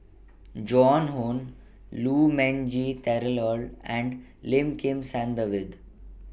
Joan Hon Lu Ming Teh Earl and Lim Kim San David